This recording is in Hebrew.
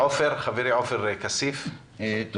חברי עופר כסיף, בבקשה.